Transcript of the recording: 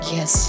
Yes